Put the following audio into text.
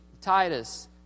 Titus